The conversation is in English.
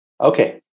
Okay